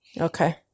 Okay